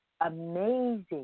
Amazing